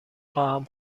خواهم